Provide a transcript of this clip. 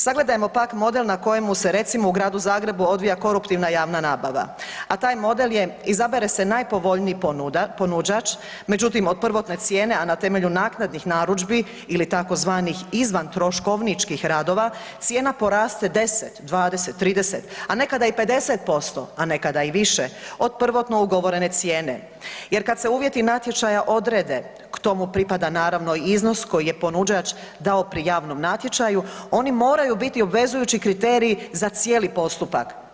Sagledamo pak model na kojemu se recimo u Gradu Zagrebu odvija koruptivna javna nabava, a taj model je izabere se najpovoljniji ponuđač, međutim od prvotne cijene, a na temelju naknadnih narudžbi ili tzv. izvan troškovničkih radova cijena poraste 10, 20, 30, a nekada i 50%, a nekada i više od prvotno ugovorene cijene jer kada se uvjeti natječaja odredbe k tomu pripada naravno i iznos koji je ponuđač dao pri javnom natječaju oni moraju biti obvezujući kriterij za cijeli postupak.